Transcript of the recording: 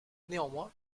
néanmoins